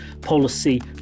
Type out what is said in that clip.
policy